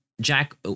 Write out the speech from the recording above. Jack